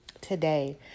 Today